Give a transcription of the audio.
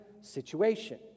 situation